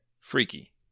Freaky